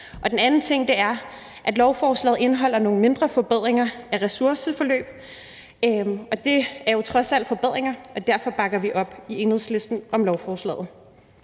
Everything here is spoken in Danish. Den anden ting er, at lovforslaget indeholder nogle mindre forbedringer af ressourceforløb, og det er jo trods alt forbedringer, og derfor bakker vi i Enhedslisten op om lovforslaget.